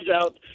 out